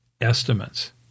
estimates